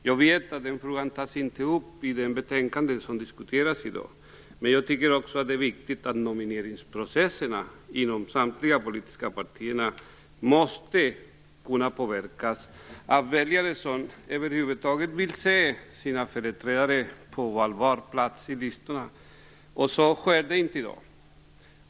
Jag vet att frågan inte tas upp i betänkandet, men jag tycker att det är viktigt att nomineringsprocesserna inom samtliga politiska partier skall kunna påverkas av väljare som vill se sina företrädare på valbar plats på listan. Så sker inte i dag.